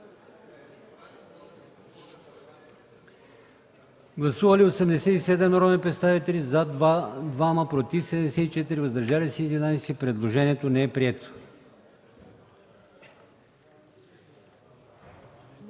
Гласували 94 народни представители: за 27, против 60, въздържали се 7. Предложението не е прието.